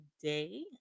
today